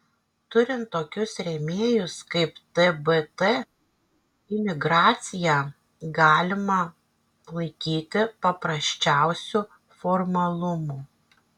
turint tokius rėmėjus kaip tbt imigraciją galima laikyti paprasčiausiu formalumu